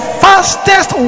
fastest